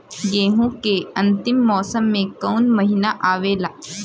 गेहूँ के अंतिम मौसम में कऊन महिना आवेला?